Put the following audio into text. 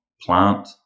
plant